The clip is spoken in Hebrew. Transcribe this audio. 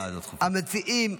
המציעים,